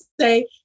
say